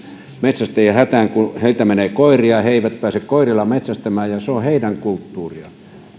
metsästäjien hätään kun heiltä menee koiria ja he eivät pääse koirilla metsästämään se on heidän kulttuuriaan nämä suvut ja